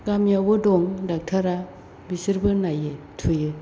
गामियावबो दं ड'क्टरा बिसोरबो नायो थुयो